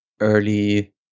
early